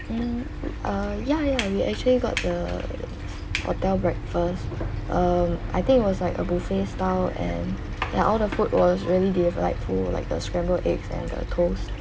mm uh ya ya we actually got the hotel breakfast um I think it was like a buffet style and ya all the food was really delightful like the scrambled eggs and the toast